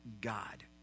God